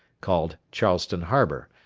called charleston harbour,